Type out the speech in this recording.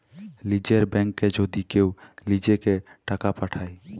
লীযের ব্যাংকে যদি কেউ লিজেঁকে টাকা পাঠায়